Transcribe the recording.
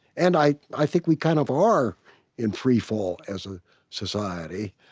and i i think we kind of are in freefall as a society,